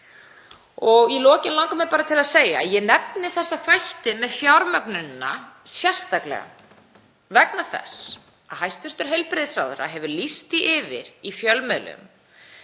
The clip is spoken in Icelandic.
Í lokin langar mig til að segja að ég nefni þessa þætti með fjármögnunina sérstaklega vegna þess að hæstv. heilbrigðisráðherra hefur lýst því yfir í fjölmiðlum